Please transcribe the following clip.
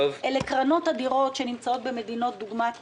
אלה קרנות אדירות שנמצאות במדינות דוגמת